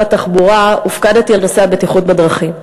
התחבורה הופקדתי על נושא הבטיחות בדרכים.